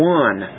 one